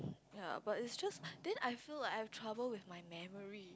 ya but it's just then I feel like I have trouble with my memory